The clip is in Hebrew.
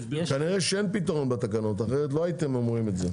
כנראה שאין פתרון בתקנות כי אחרת לא הייתם אומרים את זה.